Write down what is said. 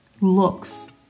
looks